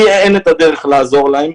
לי אין את הדרך לעזור להם,